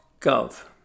gov